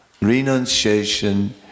renunciation